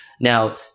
Now